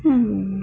mm